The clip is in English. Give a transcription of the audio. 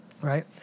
Right